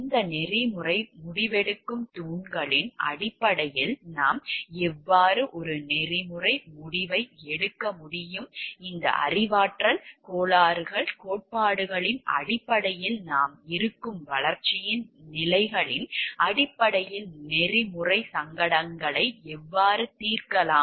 இந்த நெறிமுறை முடிவெடுக்கும் தூண்களின் அடிப்படையில் நாம் எவ்வாறு ஒரு நெறிமுறை முடிவை எடுக்க முடியும் இந்த அறிவாற்றல் கோளாறுகள் கோட்பாடுகளின் அடிப்படையில் நாம் இருக்கும் வளர்ச்சியின் நிலைகளின் அடிப்படையில் நெறிமுறை சங்கடங்களை எவ்வாறு தீர்க்கலாம்